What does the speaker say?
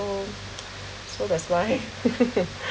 so that's why